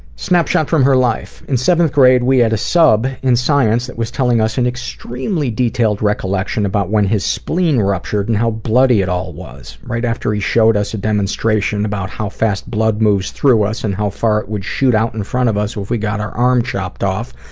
snapshot from her life in seventh grade we had a sub in science that was telling us an extremely detailed recollection about when his spleen ruptured and how bloody it all was. right after he showed us a demonstration about how fast blood moves through us, and how far it would shoot out in front of us if we had our arm chopped off,